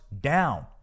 down